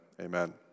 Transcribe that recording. amen